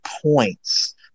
points